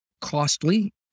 costly